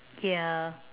yeah